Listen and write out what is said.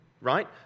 Right